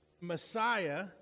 Messiah